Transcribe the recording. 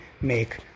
make